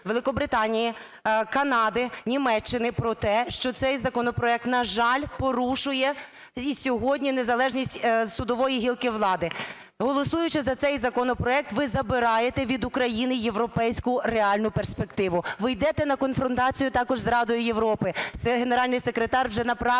Великобританії, Канади, Німеччини про те, що цей законопроект, на жаль, порушує і сьогодні незалежність судової гілки влади. Голосуючи за цей законопроект, ви забираєте від України європейську реальну перспективу. Ви йдете на конфронтацію також з Радою Європи. Це Генеральний секретар вже направила